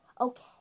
Okay